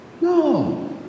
No